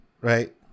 right